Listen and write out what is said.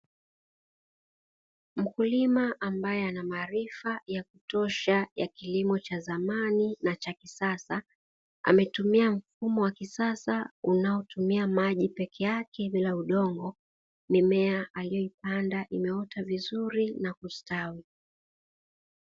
Mkulima ambaye ana maarifa ya kutosha ya kilimo cha zamani na cha kisasa. ametumia mfumo wa kisasa unaotumia maji pekee yake bila udongo, mimea aliyoipanda imeota vizuri na kustawi.